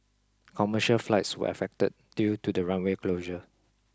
commercial flights were affected due to the runway closure